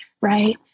right